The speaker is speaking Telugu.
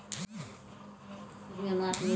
ట్రావెల్స్ చెక్కు వల్ల ప్రయాణికుల దుడ్డు భద్రంగుంటాది